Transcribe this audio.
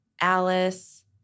Alice